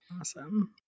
Awesome